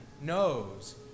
knows